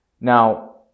Now